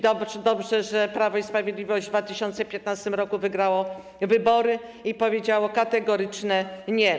Dobrze, że Prawo i Sprawiedliwość w 2015 r. wygrało wybory i powiedziało kategoryczne nie.